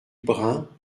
brun